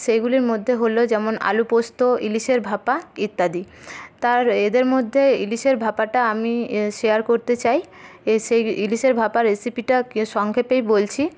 সেইগুলির মধ্যে হল যেমন আলু পোস্ত ইলিশের ভাপা ইত্যাদি তার এদের মধ্যে ইলিশের ভাপাটা আমি শেয়ার করতে চাই সেই ইলিশের ভাপা রেসিপিটা সংক্ষেপেই বলছি